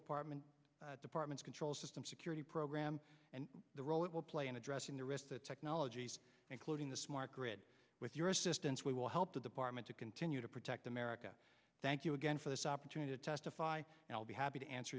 department department's control systems security program and the role it will play in addressing the risk that technologies including the smart grid with your assistance we will help the department to continue to protect america thank you again for this opportunity to testify and i'll be happy to answer